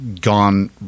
gone